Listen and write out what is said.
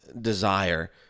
desire